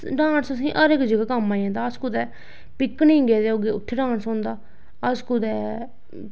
dance असेंगी हर इक जगह कम्म आई जंदा अस कुदै पिकनिक गेदे होगे उत्थें डांस औंदा अस कुदै